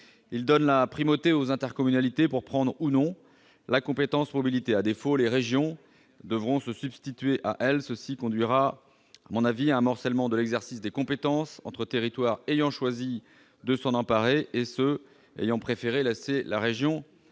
Il donne la primauté aux intercommunalités pour exercer, ou non, la compétence mobilité. À défaut, les régions devront se substituer à elles, ce qui conduira, selon moi, à un morcellement de l'exercice des compétences entre territoires ayant choisi de s'en emparer et ceux qui auront préféré laisser la région